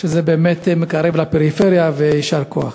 שבאמת מקרב לפריפריה, ויישר כוח.